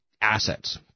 assets